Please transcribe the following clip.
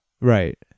Right